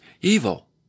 evil